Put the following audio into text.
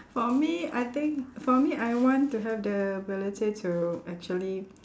for me I think for me I want to have the ability to actually